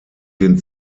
den